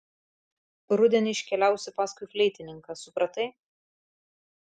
rudenį iškeliausi paskui fleitininką supratai